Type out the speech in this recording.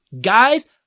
Guys